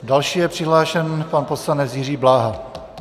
Další je přihlášen pan poslanec Jiří Bláha.